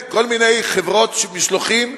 כל מיני חברות משלוחים,